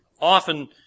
often